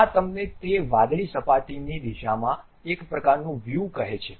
આ તમને તે વાદળી સપાટીની દિશામાં એક પ્રકારનું વ્યૂ કહે છે